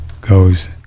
goes